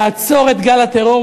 לעצור את גל הטרור,